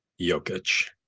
Jokic